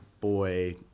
boy